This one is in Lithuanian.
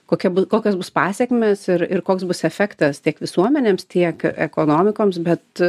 kokia bu kokios bus pasekmės ir ir koks bus efektas tiek visuomenėms tiek ekonomikoms bet